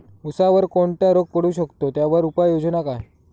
ऊसावर कोणता रोग पडू शकतो, त्यावर उपाययोजना काय?